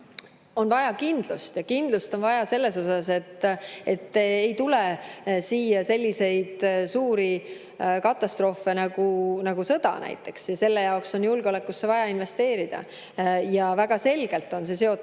on vaja kindlust. Ja kindlust on vaja selles mõttes, et meile ei tule suuri katastroofe, nagu sõda näiteks. Selle jaoks on julgeolekusse vaja investeerida. Väga selgelt on see seotud